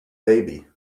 baby